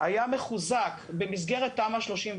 היה מחוזק במסגרת תמ"א 38,